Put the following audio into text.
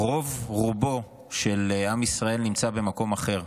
רוב-רובו של עם ישראל נמצא במקום אחר.